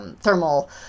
thermal